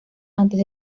antes